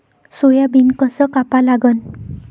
Soybean कस कापा लागन?